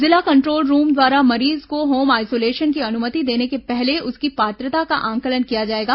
जिला control room द्वारा मरीज को होम आइसोलेशन की अनुमति देने के पहले उसकी पात्रता का आंकलन किया जाएगा